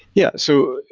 yeah. so